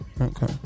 Okay